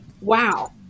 wow